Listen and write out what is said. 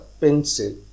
pencil